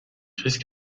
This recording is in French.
crise